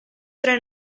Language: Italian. tre